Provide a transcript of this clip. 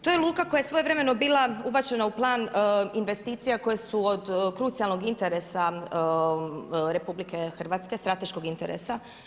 To je luka koja je svojevremeno bila ubačena u plan investicija koje su od krucijalnog interesa RH, strateškog interesa.